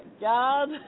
God